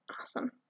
awesome